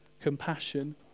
compassion